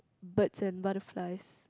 birds and butterflies